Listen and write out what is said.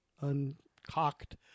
uncocked